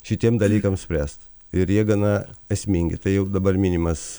šitiem dalykam spręst ir jie gana esmingi tai jau dabar minimas